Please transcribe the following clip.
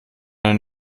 eine